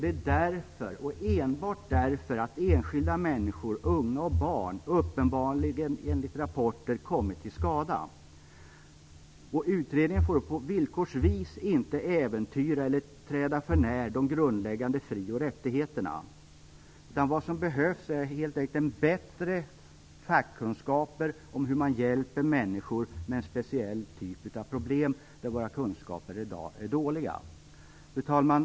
Det är därför och enbart därför att enskilda människor, unga och barn, uppenbarligen enligt rapporter kommit till skada. Utredningen får på villkors vis inte äventyra eller träda för när de grundläggande fri och rättigheterna. Vad som behövs är helt enkelt bättre fackkunskaper om hur man hjälper människor med en speciell typ av problem, där våra kunskaper i dag är dåliga. Fru talman!